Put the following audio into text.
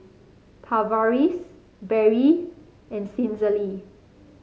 Tavaris Berry and Cicely